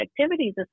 activities